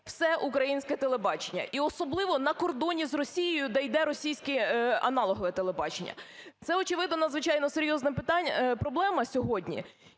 все українське телебачення, і особливо на кордоні з Росією, де йде російське аналогове телебачення. Це, очевидно, надзвичайно серйозна проблема сьогодні.